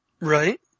Right